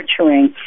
nurturing